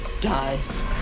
dies